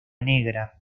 negra